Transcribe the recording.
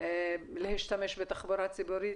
להשתמש בתחבורה ציבורית,